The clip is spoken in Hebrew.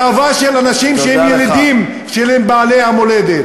גאווה של אנשים שהם ילידים, של בעלי המולדת.